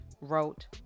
wrote